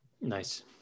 Nice